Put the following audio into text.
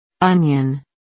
Onion